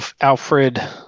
Alfred